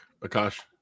Akash